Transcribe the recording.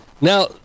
now